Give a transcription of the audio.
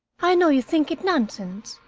i know you think it nonsense,